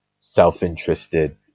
self-interested